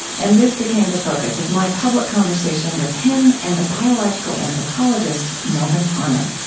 and this became the focus of my public conversation with him and the biological anthropologist melvin konner